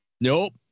nope